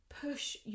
push